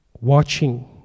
watching